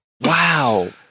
Wow